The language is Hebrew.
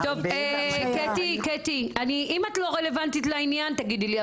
טוב קטי קטי, אם את לא רלוונטית לעניין תגידי לי.